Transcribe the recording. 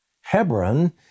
Hebron